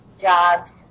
jobs